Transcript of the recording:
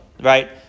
right